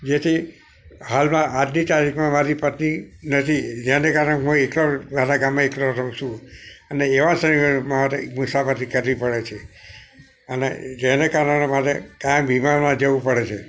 જેથી હાલમાં આજની તારીખમાં મારી પત્ની નથી જેને કારણે હું એકલો મારા ગામમાં એકલો રહું છું અને એવા સંજોગોમાં મારે મુસાફરી કરવી પડે છે અને જેને કારણે મારે કાં વિમાનમાં જવું પડે છે